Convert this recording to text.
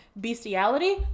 bestiality